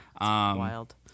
wild